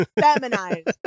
Feminized